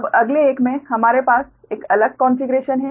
अब अगले एक में हमारे पास एक अलग कॉन्फ़िगरेशन है